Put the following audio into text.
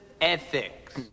Ethics